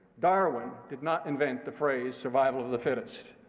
darwin did not invent the phrase survival of the fittest.